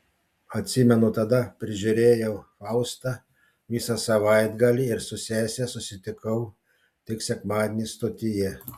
atsimenu tada prižiūrėjau faustą visą savaitgalį ir su sese susitikau tik sekmadienį stotyje